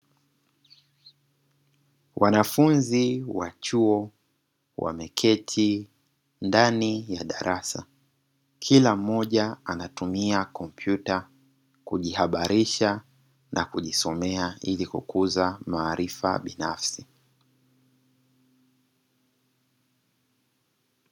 Wanafunzi wa chuo wameketi ndani ya darasa, kila mmoja anatumia kompyuta kujihabarisha na kujisomea ili kukuza maarifa binafsi.